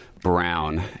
brown